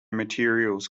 materials